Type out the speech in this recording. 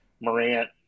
Morant